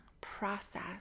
process